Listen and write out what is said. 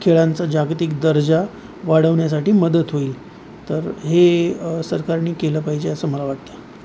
खेळांचा जागतिक दर्जा वाढवण्यासाठी मदत होईल तर हे सरकारने केलं पाहिजे असं मला वाटतं